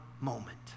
moment